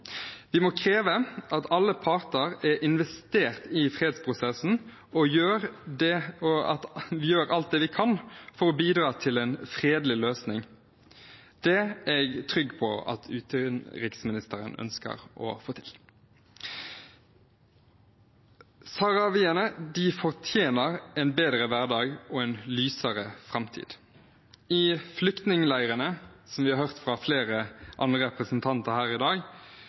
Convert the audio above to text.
Vi må kreve at alle parter investerer i fredsprosessen, og at vi gjør alt det vi kan for å bidra til en fredelig løsning. Det er jeg trygg på at utenriksministeren ønsker å få til. Saharawiene fortjener en bedre hverdag og en lysere framtid. Som vi har hørt fra flere andre representanter her i dag,